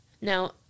Now